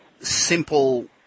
simple